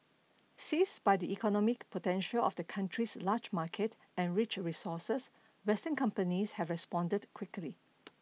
seized by the economic potential of the country's large market and rich resources western companies have responded quickly